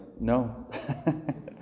no